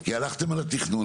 כי הלכתם על התכנון.